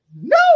No